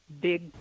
big